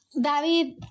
David